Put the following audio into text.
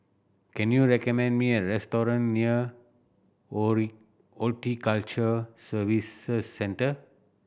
can you recommend me a restaurant near Horticulture Services Centre